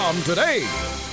today